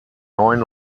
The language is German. neuen